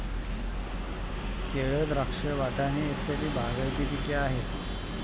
केळ, द्राक्ष, वाटाणे इत्यादी बागायती पिके आहेत